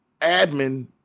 admin